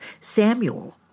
Samuel